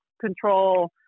Control